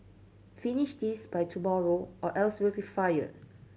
finish this by tomorrow or else you'll be fired